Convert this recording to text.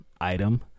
item